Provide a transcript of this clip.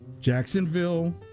Jacksonville